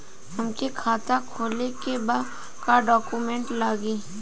हमके खाता खोले के बा का डॉक्यूमेंट लगी?